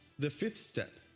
the fifth step,